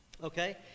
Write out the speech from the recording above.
Okay